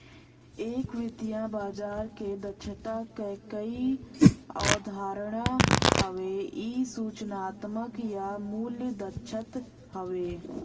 एक वित्तीय बाजार क दक्षता क कई अवधारणा हउवे इ सूचनात्मक या मूल्य दक्षता हउवे